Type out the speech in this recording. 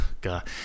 God